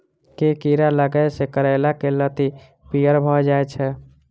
केँ कीड़ा लागै सऽ करैला केँ लत्ती पीयर भऽ जाय छै?